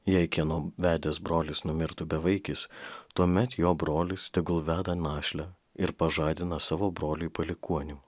jei kieno vedęs brolis numirtų bevaikis tuomet jo brolis tegul veda našlę ir pažadina savo broliui palikuonių